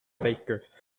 baker